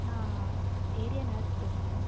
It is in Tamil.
நான் ஏரியா நர்ஸ் பேசுகிறேன்